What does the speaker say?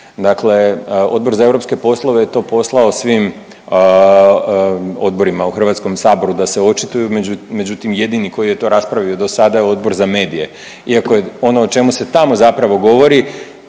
Dakle Odbor za europske poslove je to poslao svim odborima u HS da se očituju, međutim jedini koji je to raspravio dosada je Odbor za medije iako je ono o čemu se tamo zapravo govori